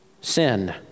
sin